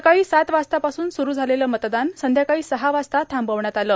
सकाळी सात वाजतापासून स्रू झालेलं मतदान संध्याकाळी सहा वाजता थांबवण्यात आलं